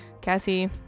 Cassie